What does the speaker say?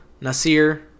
nasir